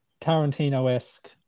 Tarantino-esque